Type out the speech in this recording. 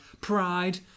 Pride